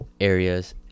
areas